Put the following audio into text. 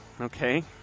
Okay